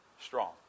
strong